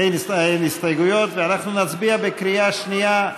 אנחנו נצביע בקריאה שנייה.